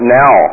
now